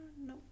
no